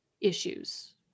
issues